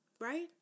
right